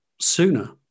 sooner